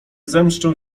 zemszczą